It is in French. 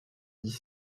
dix